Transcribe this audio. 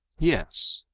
yes,